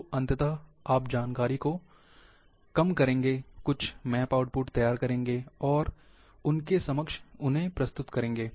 तो अंततः आप जानकारी को कम करेंगे कुछ मैप आउटपुट तैयार करेंगे और उनके समक्ष प्रस्तुत करेंगे